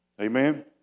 Amen